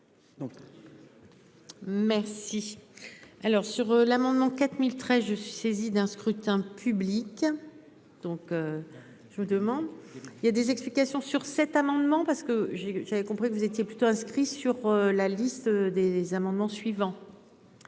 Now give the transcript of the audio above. Merci. Alors sur l'amendement 4013 je suis saisi d'un scrutin public. Donc. Je me demande, il y a des explications sur cet amendement parce que j'ai, j'avais compris que vous étiez plutôt inscrit sur la liste des amendements suivants.